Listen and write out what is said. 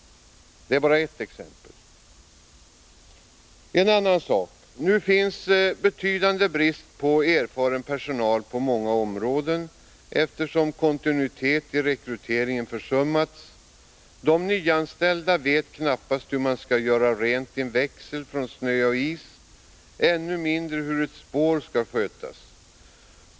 Det är bara ett exempel. Nu finns det en betydande brist på erfaren personal på många områden eftersom kontinuiteten i rekryteringen har försummats. De nyanställda vet knappast hur man skall göra rent i en växel från snö och is, ännu mindre hur ett spår skall skötas.